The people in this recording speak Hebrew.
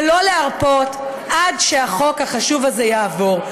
ולא להרפות עד שהחוק החשוב הזה יעבור.